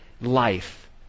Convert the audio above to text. life